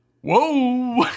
Whoa